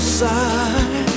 side